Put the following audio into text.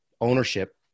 ownership